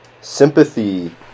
sympathy